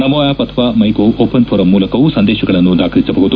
ನಮೋ app ಅಥವಾ MyGov open forum ಮೂಲಕವೂ ಸಂದೇಶಗಳನ್ನು ದಾಖಲಿಸಬಹುದು